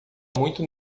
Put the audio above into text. muito